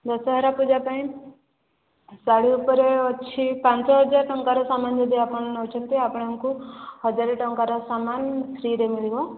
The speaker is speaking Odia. ଦଶହରା ପୂଜା ପାଇଁ ଶାଢ଼ୀ ଉପରେ ଅଛି ପାଞ୍ଚ ହଜାର ଟଙ୍କାର ସାମାନ ଯଦି ଆପଣ ନେଉଛନ୍ତି ତ ଆପଣଙ୍କୁ ହଜାର ଟଙ୍କାର ସାମାନ ଫ୍ରିରେ ମିଳିବ